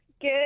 Good